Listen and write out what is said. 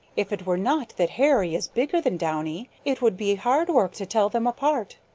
if it were not that hairy is bigger than downy it would be hard work to tell them apart.